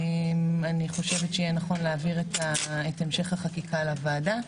אני חושבת שיהיה נכון להעביר את המשך החקיקה לוועדה.